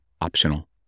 optional